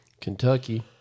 Kentucky